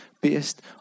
based